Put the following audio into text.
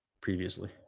previously